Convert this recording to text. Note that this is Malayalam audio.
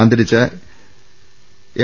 അന്തരിച്ച എം